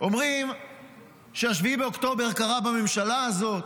אומרים ש-7 באוקטובר קרה בממשלה הזאת